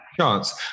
chance